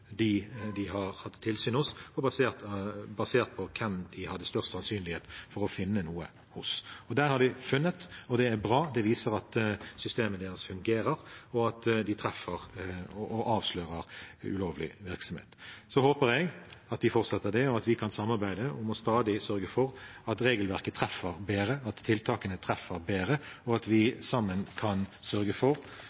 de har hatt tilsyn hos, basert på hvem de hadde størst sannsynlighet for å finne noe hos. Der har de funnet noe, og det er bra. Det viser at systemet deres fungerer, og at de treffer og avslører ulovlig virksomhet. Så håper jeg at de fortsetter med det, at vi kan samarbeide om stadig å sørge for at regelverket og tiltakene treffer bedre, og at vi